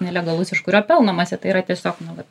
nelegalus iš kurio pelnomasi tai yra tiesiog nu vat